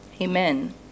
Amen